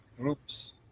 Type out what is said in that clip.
groups